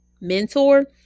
mentor